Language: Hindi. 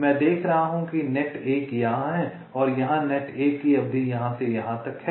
मैं देख रहा हूँ कि नेट 1 यहाँ है और यहाँ नेट 1 की अवधि यहाँ से यहाँ तक है